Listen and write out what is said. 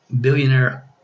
billionaire